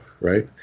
right